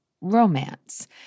romance